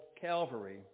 Calvary